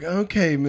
okay